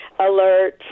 alert